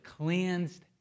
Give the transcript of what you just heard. cleansed